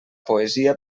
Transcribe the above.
poesia